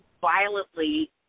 violently